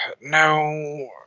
No